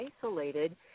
isolated